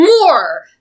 more